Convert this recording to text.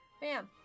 Bam